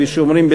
כפי שאומרים,